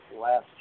last